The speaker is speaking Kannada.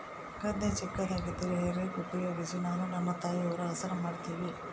ಗದ್ದೆ ಚಿಕ್ಕದಾಗಿದ್ದರೆ ಹೇ ರೇಕ್ ಉಪಯೋಗಿಸಿ ನಾನು ನನ್ನ ತಾಯಿಯವರು ಹಸನ ಮಾಡುತ್ತಿವಿ